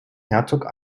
herzog